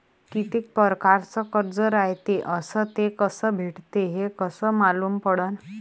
कितीक परकारचं कर्ज रायते अस ते कस भेटते, हे कस मालूम पडनं?